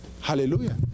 Hallelujah